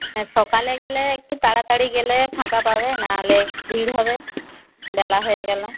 হ্যাঁ সকালে গেলে একটু তাড়াতাড়ি গেলে ফাঁকা পাবে নাহলে ভিড় হবে বেলা হয়ে গেলে